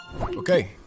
Okay